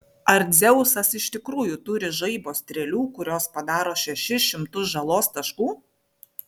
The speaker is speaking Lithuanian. ar dzeusas iš tikrųjų turi žaibo strėlių kurios padaro šešis šimtus žalos taškų